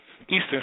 Eastern